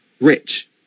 rich